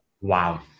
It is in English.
Wow